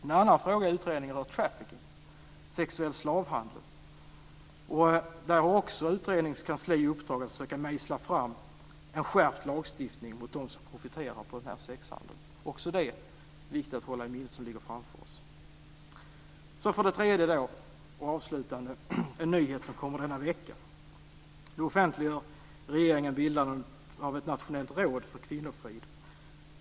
En annan fråga i utredningen rör s.k. trafficking eller sexuell slavhandel. När det gäller detta har utredningen också i uppdrag att försöka mejsla fram en skärpning av lagstiftningen mot dem som profiterar på denna sexhandel. Det är viktigt att hålla i minnet att också det ligger framför oss. För det tredje kommer det en nyhet denna vecka. Då offentliggör regeringen bildandet av ett nationellt råd för kvinnofrid.